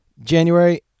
January